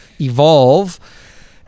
evolve